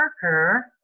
Parker